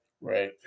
right